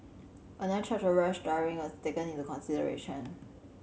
another charge of rash driving was taken into consideration